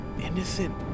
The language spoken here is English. Innocent